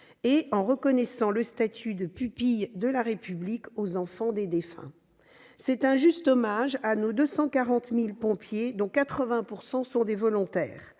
Elle reconnaît également le statut de « pupille de la République » aux enfants des défunts. C'est un juste hommage à nos 240 000 pompiers, dont 80 % sont des volontaires.